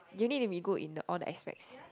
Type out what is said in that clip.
you need to be good in the all the aspects